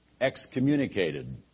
excommunicated